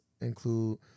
include